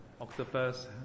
octopus